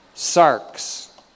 Sark's